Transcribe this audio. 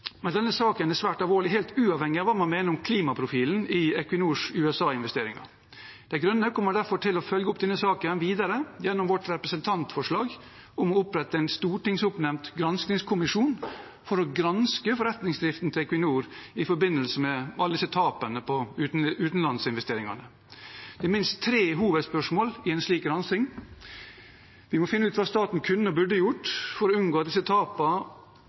Denne saken er svært alvorlig helt uavhengig hva man mener om klimaprofilen i Equinors USA-investeringer. De grønne kommer derfor til å følge opp saken videre gjennom vårt representantforslag om å opprette en stortingsoppnevnt granskingskommisjon for å granske forretningsdriften til Equinor i forbindelse med alle disse tapene på utenlandsinvesteringer. Det er minst tre hovedspørsmål i en slik gransking. Vi må finne ut hva staten kunne og burde gjort for å unngå disse